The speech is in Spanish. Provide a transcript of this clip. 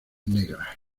negras